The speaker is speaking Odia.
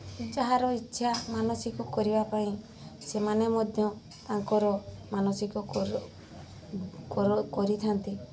ଯାହାର ଇଚ୍ଛା ମାନସିକ କରିବା ପାଇଁ ସେମାନେ ମଧ୍ୟ ତାଙ୍କର ମାନସିକ କରିଥାନ୍ତି